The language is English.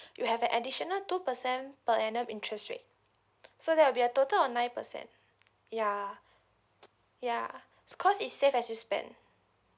you have an additional two percent per annum interest rate so there will be a total of nine percent ya ya cause it's save as you spent